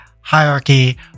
hierarchy